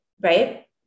right